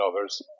others